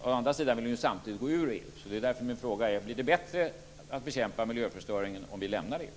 Å andra sidan vill ni samtidigt gå ur EU. Därför är min fråga: Blir det bättre att bekämpa miljöförstöringen om vi lämnar EU?